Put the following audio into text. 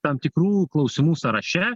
tam tikrų klausimų sąraše